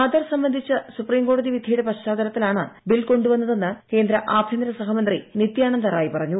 ആധാർ സംബന്ധിച്ച സുപ്രീം കോടതി വിധിയുടെ പശ്ചാത്തലത്തിലാണ് ബിൽ കൊണ്ടുവന്നതെന്ന് കേന്ദ്രആഭ്യന്തര സഹമന്ത്രി നിത്യാനന്ദ റായ് പറഞ്ഞു